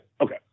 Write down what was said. Okay